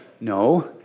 No